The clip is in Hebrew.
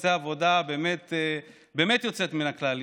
שעושה עבודה באמת יוצאת מן הכלל,